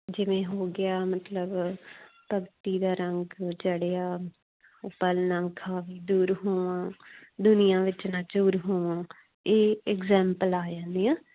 ਜਿਵੇਂ ਹੋ ਗਿਆ ਮਤਲਬ ਭਗਤੀ ਦਾ ਰੰਗ ਚੜਿਆ ਉਹ ਦੂਰ ਹੋਵਾਂ ਦੁਨੀਆਂ ਵਿੱਚ ਨਾ ਚੂਰ ਹੋਵਾਂ ਇਹ ਐਗਜਾਂਪਲਾਂ ਆ ਜਾਂਦੀਆਂ